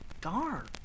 dark